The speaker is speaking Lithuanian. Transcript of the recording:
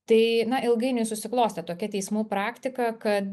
tai ilgainiui susiklostė tokia teismų praktika kad